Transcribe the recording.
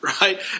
right